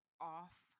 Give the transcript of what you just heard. off